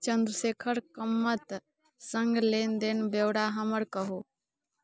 चन्द्रशेखर कामत सङ्ग लेनदेन ब्योरा हमर कहू